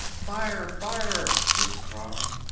fire! fire! was the cry.